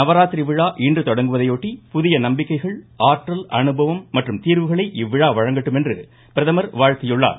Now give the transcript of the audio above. நவராத்திரி விழா இன்று தொடங்குவதையொட்டி புதிய நம்பிக்கைகள் ஆற்றல் அனுபவம் மற்றும் தீர்வுகளை இவ்விழா வழங்கட்டும் என அவர் வாழ்த்தியுள்ளார்